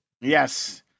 Yes